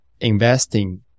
investing